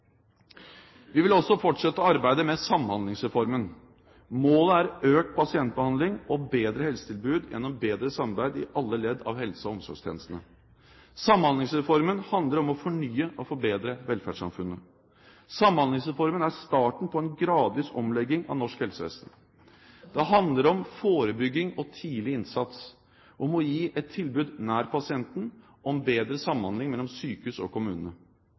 Vi vil også fortsette å arbeide med Samhandlingsreformen. Målet er økt pasientbehandling og bedre helsetilbud gjennom bedre samarbeid i alle ledd av helse- og omsorgstjenestene. Samhandlingsreformen handler om å fornye og forbedre velferdssamfunnet. Samhandlingsreformen er starten på en gradvis omlegging av norsk helsevesen. Det handler om forebygging og tidlig innsats å gi et tilbud nær pasienten bedre samhandling mellom sykehus og